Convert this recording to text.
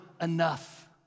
enough